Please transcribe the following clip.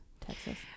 texas